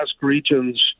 regions